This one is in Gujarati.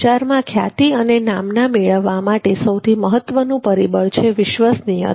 બજારમાં ખ્યાતિ અને નામના મેળવવા માટે સૌથી મહત્વનું પરિબળ છે વિશ્વાસનીયતા